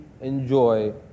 enjoy